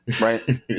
Right